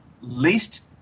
least